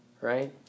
right